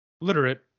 literate